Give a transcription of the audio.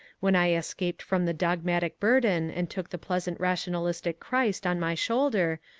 when i escaped from the dog matic burden, and took the pleasant rationalistic christ on my shoulder,